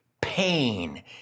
pain